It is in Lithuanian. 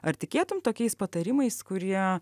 ar tikėtum tokiais patarimais kurie